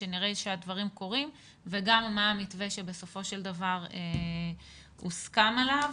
שנראה שהדברים קורים וגם מה המתווה שבסופו של דבר הוסכם עליו.